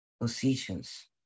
positions